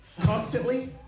constantly